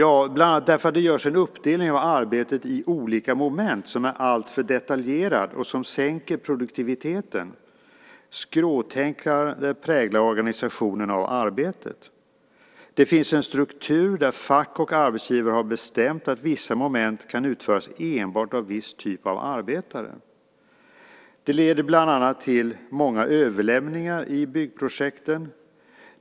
Jo, bland annat därför att det görs en uppdelning av arbetet i olika moment som är alltför detaljerad och som sänker produktiviteten. Skråtänkande präglar organisationen av arbetet. Det finns en struktur där fack och arbetsgivare har bestämt att vissa moment kan utföras enbart av en viss typ av arbetare. Det leder bland annat till många överlämningar i byggprojekten.